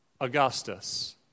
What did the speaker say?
Augustus